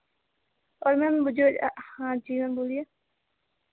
और मैम मुझे हाँ जी मैम बोलिए